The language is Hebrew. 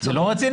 זה לא רציני.